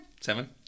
Seven